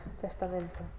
Testamento